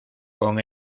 con